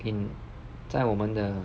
in 在我们的